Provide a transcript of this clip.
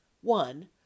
one